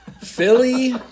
Philly